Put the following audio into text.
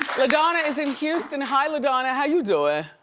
ladonna is in houston, hi ladonna. how you doin'?